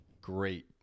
great